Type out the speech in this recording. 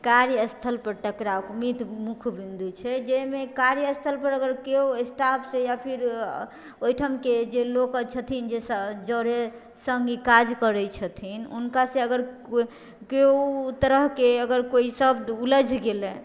कार्यस्थलपर टकराव उम्मीद मुख्य बिन्दु छै जाहिमे कार्यस्थलपर अगर कियो स्टाफ छै या फेर ओइठमके जे लोक छथिन जे जरे सङ्गी काज करै छथिन हुनकासँँ अगर कोइ कियो तरहके अगर कोइ शब्द उलझि गेलै